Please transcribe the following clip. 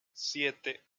siete